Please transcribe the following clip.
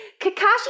Kakashi